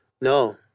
No